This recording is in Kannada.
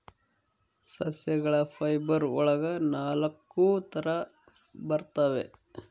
ಸಸ್ಯಗಳ ಫೈಬರ್ ಒಳಗ ನಾಲಕ್ಕು ತರ ಬರ್ತವೆ